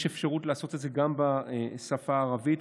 יש אפשרות לעשות את זה גם בשפה הערבית,